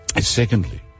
secondly